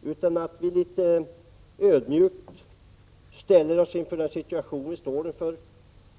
Det finns all anledning att litet ödmjukt betrakta den situation vi står inför.